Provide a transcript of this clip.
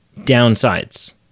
downsides